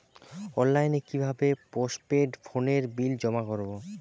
অনলাইনে কি ভাবে পোস্টপেড ফোনের বিল জমা করব?